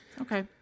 Okay